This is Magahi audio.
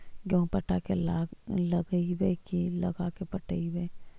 गेहूं पटा के लगइबै की लगा के पटइबै?